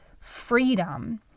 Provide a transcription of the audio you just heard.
freedom